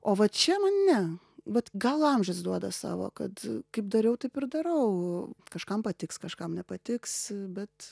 o va čia man ne vat gal amžius duoda savo kad kaip dariau taip ir darau kažkam patiks kažkam nepatiks bet